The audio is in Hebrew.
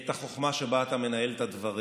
את החוכמה שבה אתה מנהל את הדברים.